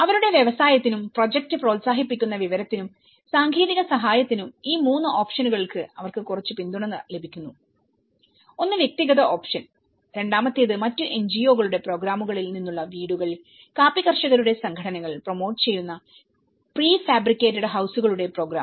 അവരുടെ വ്യവസായത്തിനും പ്രോജക്റ്റ് പ്രോത്സാഹിപ്പിക്കുന്ന വിവരത്തിനും സാങ്കേതിക സഹായത്തിനും ഈ 3 ഓപ്ഷനുകൾക്ക് അവർക്ക് കുറച്ച് പിന്തുണ ലഭിക്കുന്നു ഒന്ന് വ്യക്തിഗത ഓപ്ഷൻ രണ്ടാമത്തേത് മറ്റ് എൻജിഒകളുടെ പ്രോഗ്രാമുകളിൽ നിന്നുള്ള വീടുകൾ കാപ്പി കർഷകരുടെ സംഘടനകൾ പ്രമോട്ട് ചെയ്യുന്ന പ്രീ ഫാബ്രിക്കേറ്റഡ് ഹൌസുകളുടെ പ്രോഗ്രാം